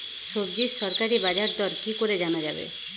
সবজির সরকারি বাজার দর কি করে জানা যাবে?